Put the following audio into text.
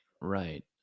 right